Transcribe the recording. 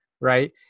Right